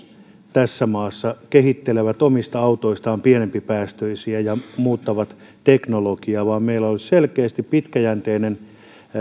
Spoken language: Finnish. tässä maassa kehittelevät omista autoistaan pienempipäästöisiä ja muuttavat teknologiaa vaan niin että meillä olisi selkeästi pitkäjänteinen